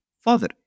father